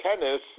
Tennis